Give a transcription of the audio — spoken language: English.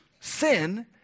sin